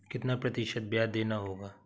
कितना प्रतिशत ब्याज देना होगा?